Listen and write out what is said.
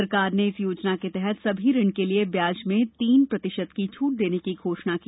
सरकार ने इस योजना के तहत सभी ऋण के लिए ब्याज में तीन प्रतिशत की छूट देने की घोषणा की